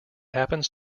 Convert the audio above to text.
happens